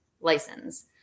license